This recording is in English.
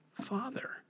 Father